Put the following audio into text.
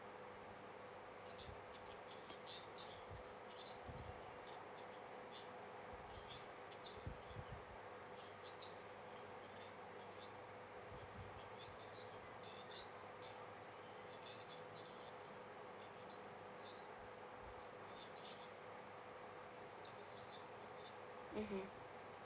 mmhmm